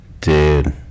Dude